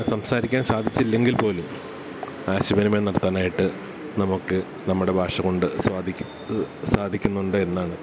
സംസാരിക്കാൻ സാധിച്ചില്ലെങ്കിൽപ്പോലും ആശയവിനിമയം നടത്താനായിട്ട് നമുക്ക് നമ്മുടെ ഭാഷകൊണ്ട് സ്വാധിക്ക് സാധിക്കുന്നുണ്ട് എന്നാണ്